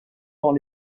dans